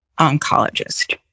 oncologist